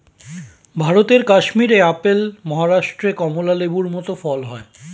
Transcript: ভারতের কাশ্মীরে আপেল, মহারাষ্ট্রে কমলা লেবুর মত ফল হয়